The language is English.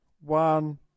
One